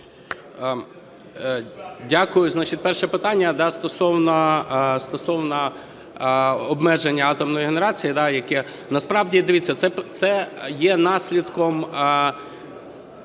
перше питання стосовно обмеження атомної генерації. Насправді, дивіться, це є наслідком…